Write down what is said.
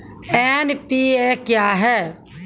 NPA क्या हैं?